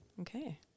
Okay